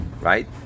right